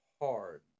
hard